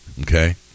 okay